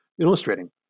illustrating